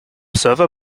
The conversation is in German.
server